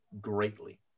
greatly